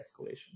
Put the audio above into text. escalation